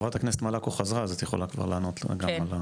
חברת הכנסת מלקו חזרה אז את יכולה כבר לענות לה.